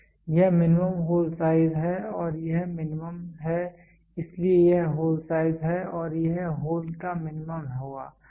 यह minimum hole size है और यह मिनिमम है इसलिए यह होल साइज है और यह होल का मिनिमम होगा